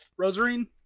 Rosarine